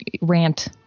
rant